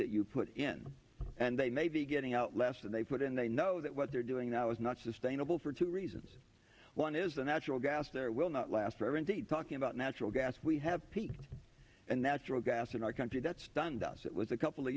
that you put in and they may be getting out less than they put in they know that what they're doing now is not sustainable for two reasons one is the natural gas there will not last i mean to be talking about natural gas we have peaked and natural gas in our country that stunned us it was a couple of